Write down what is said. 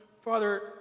Father